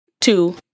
two